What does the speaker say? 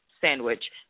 sandwich